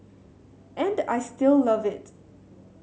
and I still love it